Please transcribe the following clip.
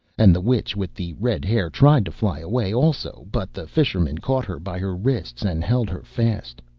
and the witch with the red hair tried to fly away also, but the fisherman caught her by her wrists, and held her fast.